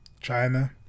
China